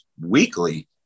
weekly